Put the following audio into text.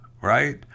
right